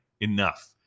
Enough